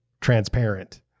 transparent